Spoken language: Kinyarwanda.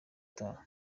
utaha